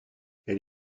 elle